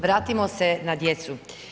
Vratimo se na djecu.